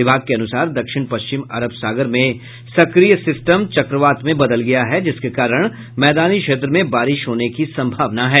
विभाग के अनुसार दक्षिण पश्चिम अरब सागर में सक्रिय सिस्टम चक्रवात में बदल गया है जिसके कारण मैदानी क्षेत्र में बारिश होने की संभावना है